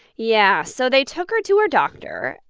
yeah. so they took her to her doctor,